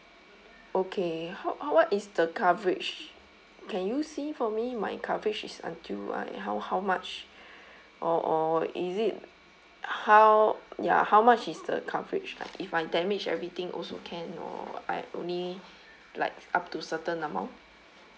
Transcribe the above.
okay how how what is the coverage can you see for me my coverage is until like how how much or or is it how ya how much is the coverage like if I damage everything also can or like only like up to certain amount